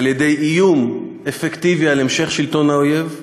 על-ידי איום אפקטיבי על המשך שלטון האויב,